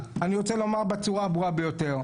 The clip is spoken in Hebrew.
אני רוצה לומר בצורה הברורה ביותר.